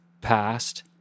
Past